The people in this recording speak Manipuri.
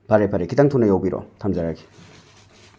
ꯐꯔꯦ ꯐꯔꯦ ꯈꯤꯇꯪ ꯊꯨꯅ ꯌꯧꯕꯤꯔꯛꯑꯣ ꯊꯝꯖꯔꯒꯦ